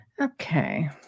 Okay